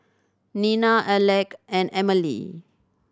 Nina Alec and Emilee